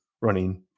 running